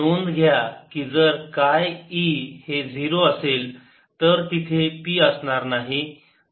नोंद घ्या की जर काय e हे 0 असेल तर तिथे p असणार नाही